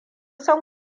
san